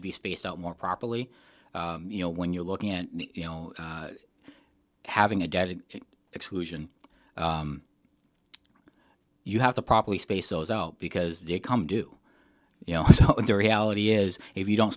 to be spaced out more properly you know when you're looking at you know having a dead exclusion you have to properly space those out because they come due you know the reality is if you don't